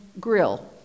grill